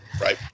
Right